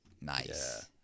Nice